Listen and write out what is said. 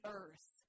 earth